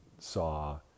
saw